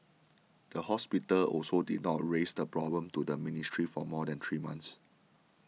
the hospital also did not raise the problem to the ministry for more than three months